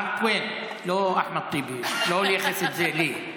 מארק טוויין, לא אחמד טיבי, לא לייחס את זה לי: